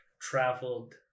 traveled